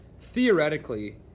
theoretically